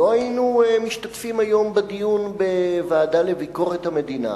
לא היינו משתתפים היום בדיון בוועדה לביקורת המדינה